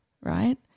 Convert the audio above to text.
right